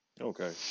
okay